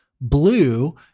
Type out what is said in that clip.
blue